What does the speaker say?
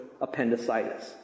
appendicitis